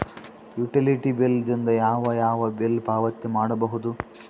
Utility bill ದಿಂದ ಯಾವ ಯಾವ ಬಿಲ್ ಪಾವತಿ ಮಾಡಬಹುದು?